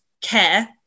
care